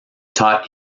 taught